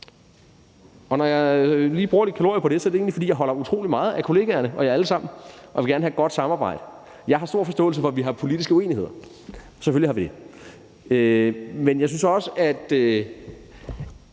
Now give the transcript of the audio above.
Når jeg lige bruger lidt kalorier på det, er det egentlig, fordi jeg holder utrolig meget af kollegerne og jer alle sammen og vil gerne have et godt samarbejde. Jeg har stor forståelse for, at vi har politiske uenigheder, selvfølgelig har vi det, men jeg synes også, at